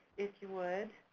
if you would,